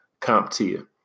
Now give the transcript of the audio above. CompTIA